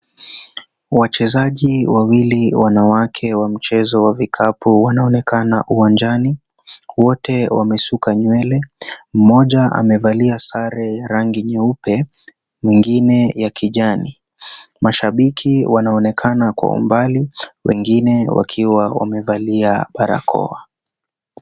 Wachezaji wawili wanawake wa mchezo wa vikapu wanaonekana uwanjani, wote wamesuka nywele, mmoja amevalia sare ya rangi nyeupe mwingine ya kijani mashabiki wanaonekana kwa umbali wengine wakiwa wamevalia barakoa.